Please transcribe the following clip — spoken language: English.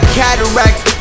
cataracts